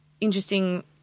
interesting